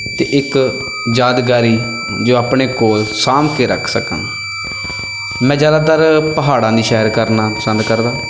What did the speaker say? ਅਤੇ ਇੱਕ ਯਾਦਗਾਰੀ ਜੋ ਆਪਣੇ ਕੋਲ ਸਾਂਭ ਕੇ ਰੱਖ ਸਕਾਂ ਮੈਂ ਜ਼ਿਆਦਾਤਰ ਪਹਾੜਾਂ ਦੀ ਸੈਰ ਕਰਨਾ ਪਸੰਦ ਕਰਦਾ